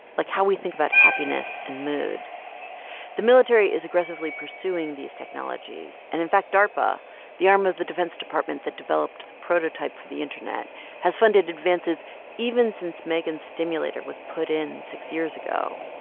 like how we think about happiness and mood the military is aggressively pursuing these technologies. and in fact, darpa the arm of the defense department that developed the prototype for the internet has funded advances even since megan's stimulator was put in six years ago.